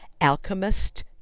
alchemist